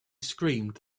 screamed